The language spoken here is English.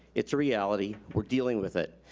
it's reality, we're dealing with it,